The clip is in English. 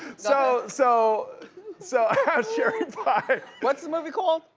so so so ah sherry pie. what's the movie called?